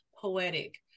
poetic